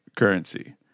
Currency